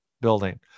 building